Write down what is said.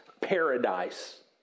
paradise